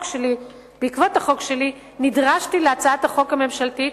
בעקבות החוק שלי נדרשתי להצעת החוק הממשלתית.